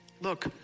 Look